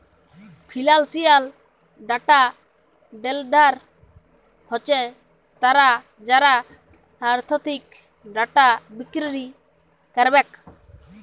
financial data vendor হছে তারা যারা আথ্থিক ডাটা বিক্কিরি ক্যারবেক